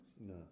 No